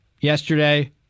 yesterday